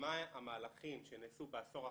מה המהלכים שנעשו בעשור האחרון,